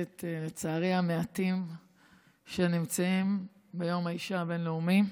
לצערי, שנמצאים ביום האישה הבין-לאומי,